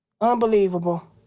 Unbelievable